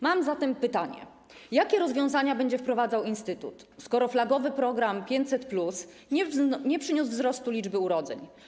Mam zatem pytanie: Jakie rozwiązania będzie wprowadzał instytut, skoro flagowy program „500+” nie przyniósł wzrostu liczby urodzeń?